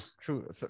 true